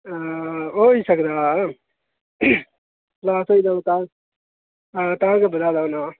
हां होई सकदा ओह् लास होई दा होग तां गै बधा दा होना ओह्